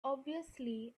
obviously